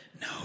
No